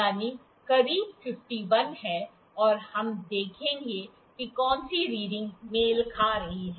यानी करीब 51 है और हम देखेंगे कि कौन सी रीडिंग मेल कर रही है